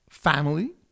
Family